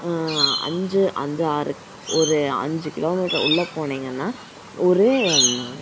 அஞ்சு அஞ்சு ஆறு ஒரு அஞ்சு கிலோமீட்டர் உள்ளே போனிங்கன்னால் ஒரு